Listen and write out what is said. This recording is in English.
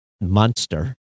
monster